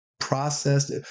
Processed